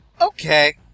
Okay